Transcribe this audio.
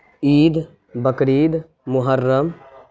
عید Bakrid محرم